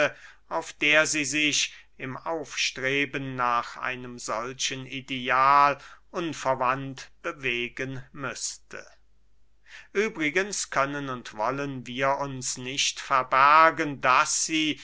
auf der sie sich im aufstreben nach einem solchen ideal unverwandt bewegen müßte übrigens können und wollen wir uns nicht verbergen daß sie